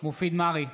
מופיד מרעי,